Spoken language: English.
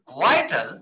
vital